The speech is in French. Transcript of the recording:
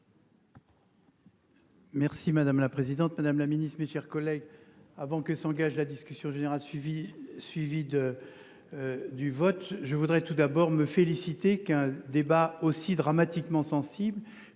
Merci madame la présidente Madame la Ministre, mes chers collègues, avant que s'engage la discussion générale suivie suivi de. Du vote. Je voudrais tout d'abord me féliciter qu'un débat aussi dramatiquement sensible,